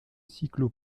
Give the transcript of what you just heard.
cyclo